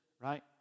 right